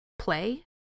play